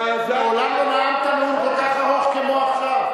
מעולם לא נאמת נאום כל כך ארוך כמו עכשיו.